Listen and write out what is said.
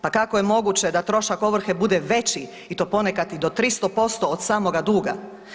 Pa kako je moguće da trošak ovrhe bude veći i to ponekad i do 300% od samoga duga?